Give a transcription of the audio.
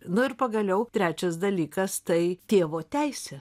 nu ir pagaliau trečias dalykas tai tėvo teisė